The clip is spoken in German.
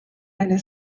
eine